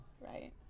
Right